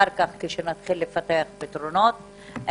כשנתחיל לפתח פתרונות.